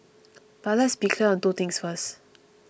but let's be clear on two things first